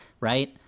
right